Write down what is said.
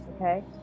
Okay